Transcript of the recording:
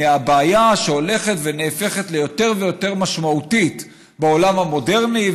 מהבעיה שהולכת ונהפכת ליותר ויותר משמעותית בעולם המודרני,